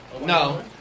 No